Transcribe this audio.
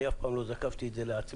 אני אף פעם לא זקפתי את זה לעצמי.